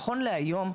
נכון להיום,